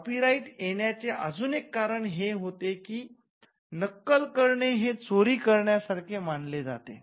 copyright येण्याचे अजून एक कारण हे होते की नक्कल करणे हे चोरी करण्या सारखे मानले जाते